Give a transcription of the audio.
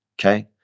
Okay